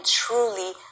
truly